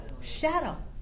shadow